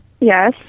Yes